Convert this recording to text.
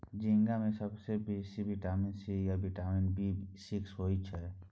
झींगा मे सबसँ बेसी बिटामिन सी आ बिटामिन बी सिक्स होइ छै